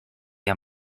via